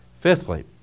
Fifthly